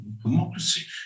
democracy